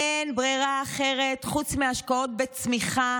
אין ברירה אחרת חוץ מהשקעות בצמיחה